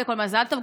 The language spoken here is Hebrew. קודם כול, מזל טוב.